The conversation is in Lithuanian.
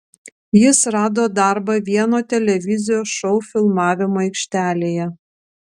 jis rado darbą vieno televizijos šou filmavimo aikštelėje